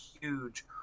huge